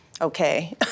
okay